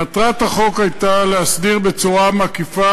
מטרת החוק הייתה להסדיר בצורה מקיפה